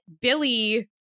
Billy